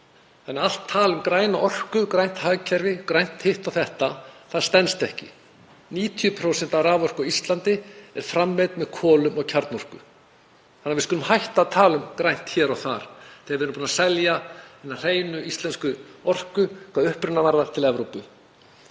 Þannig að allt tal um græna orku, grænt hagkerfi, grænt hitt og þetta, stenst ekki. 90% af raforku á Íslandi eru framleidd með kolum og kjarnorku, þannig að við skulum hætta að tala um grænt hér og þar þegar við erum búin að selja hina hreinu íslensku orku hvað uppruna varðar til Evrópu.